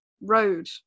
Road